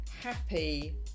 happy